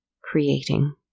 creating